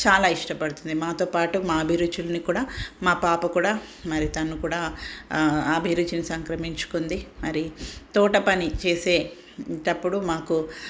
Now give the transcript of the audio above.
చాలా ఇష్టపడుతుంది మాతో పాటు మా అభిరుచుల్ని కూడా మా పాప కూడా మరి తను కూడా అభిరుచుల్ని సంక్రమించుకుంది మరి తోటపని చేసేటప్పుడు మాకు